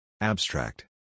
Abstract